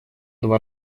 два